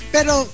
Pero